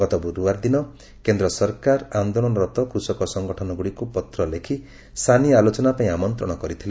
ଗତ ଗୁରୁବାର ଦିନ କେନ୍ଦ୍ର ସରକାର ଆନ୍ଦୋଳନରତ କୃଷକ ସଙ୍ଗଠନଗୁଡ଼ିକୁ ପତ୍ର ଲେଖି ସାନି ଆଲୋଚନା ପାଇଁ ଆମନ୍ତ୍ରଣ କରିଥିଲେ